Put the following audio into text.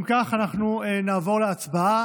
אם כך, אנחנו נעבור להצבעה.